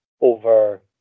over